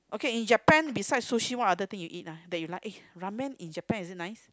okay in Japan beside Sushi what other things you eat ah that you like eh Ramen in Japan is it nice